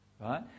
right